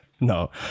No